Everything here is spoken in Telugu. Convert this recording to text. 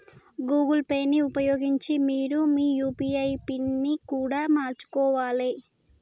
గూగుల్ పే ని ఉపయోగించి మీరు మీ యూ.పీ.ఐ పిన్ని కూడా మార్చుకోవాలే